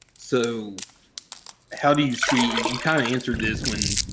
so how do you see, you kind of answered this when,